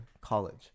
college